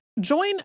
Join